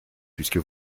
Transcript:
puisque